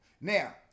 Now